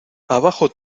abajo